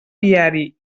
viari